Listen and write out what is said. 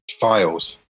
files